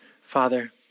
Father